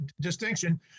distinction